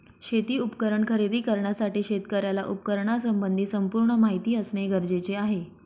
शेती उपकरण खरेदी करण्यासाठी शेतकऱ्याला उपकरणासंबंधी संपूर्ण माहिती असणे गरजेचे आहे